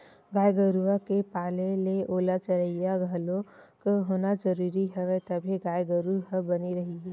गाय गरुवा के पाले ले ओला चरइया घलोक होना जरुरी हवय तभे गाय गरु ह बने रइही